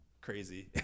crazy